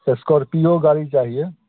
Scorpio गाड़ी चाहिए